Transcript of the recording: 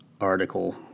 article